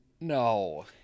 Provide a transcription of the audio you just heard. No